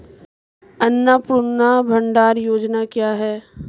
अन्नपूर्णा भंडार योजना क्या है?